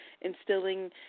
instilling